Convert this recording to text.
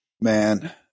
Man